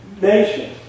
nation